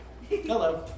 Hello